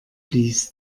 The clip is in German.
blies